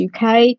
UK